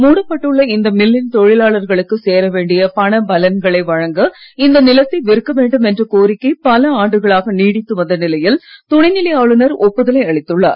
மூடப்பட்டுள்ள இந்த மில்லின் தொழிலாளர்களுக்கு சேர வேண்டிய பண பலன்களை வழங்க இந்த நிலத்தை விற்க வேண்டும் என்ற கோரிக்கை பல ஆண்டுகளாக நீடித்து வந்த நிலையில் துணை நிலை ஆளுநர் ஒப்புதலை அளித்துள்ளார்